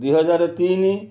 ଦୁଇ ହଜାର ତିନି